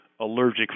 allergic